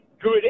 good